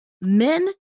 men